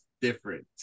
different